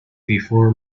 before